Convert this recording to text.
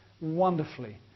wonderfully